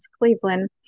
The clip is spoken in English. cleveland